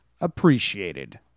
appreciated